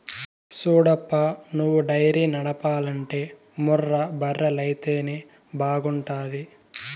సూడప్పా నువ్వు డైరీ నడపాలంటే ముర్రా బర్రెలైతేనే బాగుంటాది